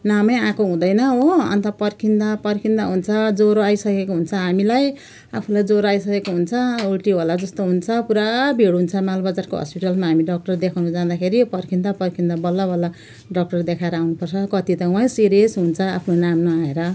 नामै आएको हुँदैन हो अन्त पर्खिँदा पर्खिँदा हुन्छ ज्वरो आइसकेको हुन्छ हामीलाई आफूलाई ज्वरो आइसकेको हुन्छ उल्टी होला जस्तो हुन्छ पुरा भिड हुन्छ माल बजारको हस्पिटलमा हामी डक्टर देखाउन जाँदाखेरि पर्खिँदा पर्खिँदा बल्ल बल्ल डक्टर देखाएर आउनुपर्छ कति त वहीँ सिरियस हुन्छ आफ्नो नाम नआएर